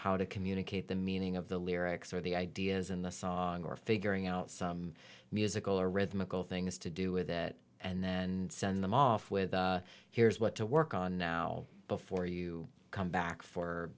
how to communicate the meaning of the lyrics or the ideas in the song or figuring out some musical or rhythmical things to do with it and then send them off with here's what to work on now before you come back for